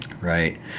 Right